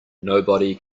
nobody